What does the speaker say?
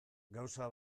gauza